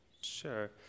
Sure